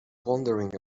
wondering